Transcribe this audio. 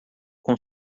com